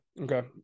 Okay